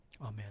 Amen